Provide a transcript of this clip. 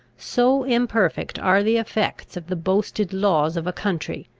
so imperfect are the effects of the boasted laws of a country,